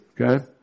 okay